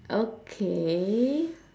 okay